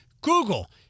Google